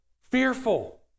fearful